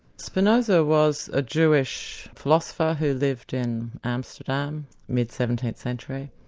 spinoza was a jewish philosopher who lived in amsterdam, mid-seventeenth century,